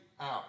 out